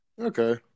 Okay